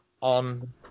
on